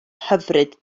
hyfryd